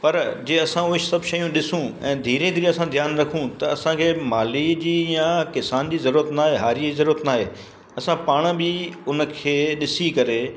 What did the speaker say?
पर जे असां उहे सभु शयूं ॾिसूं ऐं धीरे धीरे असां ध्यानु रखूं त असांखे माली जी या किसान जी ज़रूरत न आहे हारी जी ज़रूरत न आहे असां पाण बि उन खे ॾिसी करे